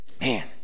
man